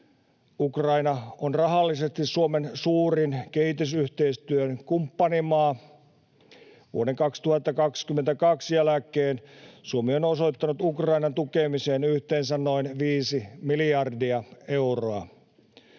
Ukraina on rahallisesti Suomen suurin kehitysyhteistyön kumppanimaa. Vuoden 2022 jälkeen Suomi on osoittanut Ukrainan tukemiseen yhteensä noin viisi miljardia euroa.